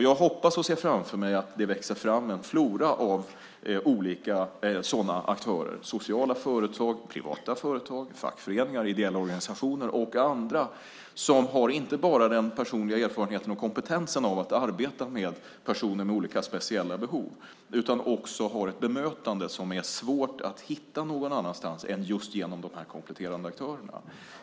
Jag hoppas och ser framför mig att det växer fram en flora av olika sådana aktörer. Det handlar om sociala företag, privata företag, fackföreningar, ideella organisationer och andra som inte bara har den personliga erfarenheten och kompetensen av att arbeta med personer med olika speciella behov utan också har ett bemötande som är svårt att hitta någon annanstans än just genom de kompletterande aktörerna.